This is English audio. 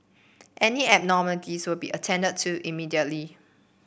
any abnormalities would be attended to immediately